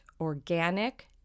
organic